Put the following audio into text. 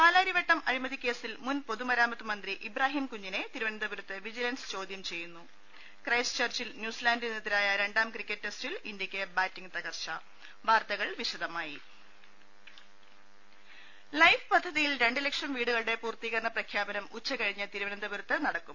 പാലാരിവട്ടം അഴിമതിക്കേസിൽ മുൻ പൊതുമരാമത്ത് മന്ത്രി ഇബ്രാഹീം കുഞ്ഞിനെ തിരുവനന്തപുരത്ത് വിജിലൻസ് ചോദ്യം ചെയ്യുന്നു ക്രൈസ്റ്റ് ചർച്ചിൽ ന്യൂസീലൻഡിനെതിരായ രണ്ടാം ക്രിക്കറ്റ് ടെസ്റ്റിൽ ഇന്ത്യക്ക് ബാറ്റിംഗ് തകർച്ച ലൈഫ് പദ്ധതിയിൽ രണ്ടുലക്ഷം വീടുകളുടെ പൂർത്തീകരണ പ്രഖ്യാപനം ഉച്ചകഴിഞ്ഞ് തിരുവനന്തപുരത്ത് നടക്കും